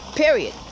period